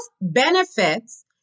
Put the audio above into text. benefits